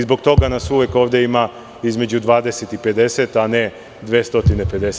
Zbog toga nas uvek ovde ima između 20 i 50, a ne 250.